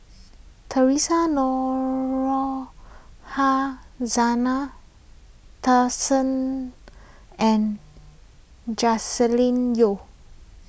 theresa Noronha Zena and Joscelin Yeo